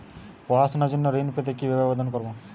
পড়াশুনা জন্য ঋণ পেতে কিভাবে আবেদন করব?